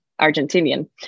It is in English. Argentinian